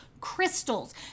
crystals